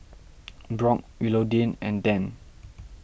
Brock Willodean and Dann